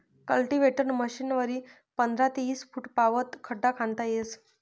cultivator मशीनवरी पंधरा ते ईस फुटपावत खड्डा खणता येस